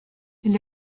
elle